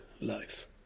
life